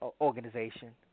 organization